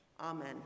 Amen